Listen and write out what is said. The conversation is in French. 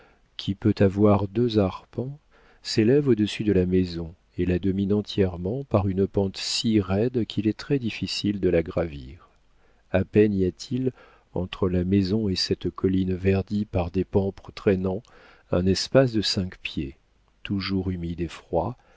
qui peut avoir deux arpents s'élève au-dessus de la maison et la domine entièrement par une pente si rapide qu'il est très difficile de la gravir a peine y a-t-il entre la maison et cette colline verdie par des pampres traînants un espace de cinq pieds toujours humide et froid